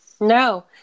no